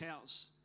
house